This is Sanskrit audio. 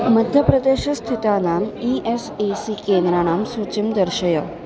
मध्यप्रदेशे स्थितानाम् ई एस् ए सी केन्द्राणां सूचीं दर्शय